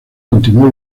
continuó